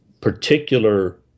particular